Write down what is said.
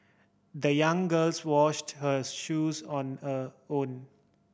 the young girls washed her shoes on a own